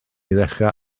ddechrau